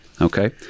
okay